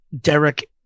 Derek